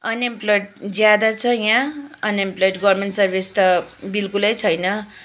unemployed ज्यादा छ यहाँ अनइम्प्लोइड गभर्मेन्ट सर्भिस त बिलकुलै छैन